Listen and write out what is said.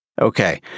Okay